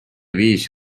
viis